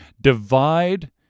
divide